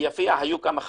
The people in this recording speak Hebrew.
ביפיע היו כמה חסמים,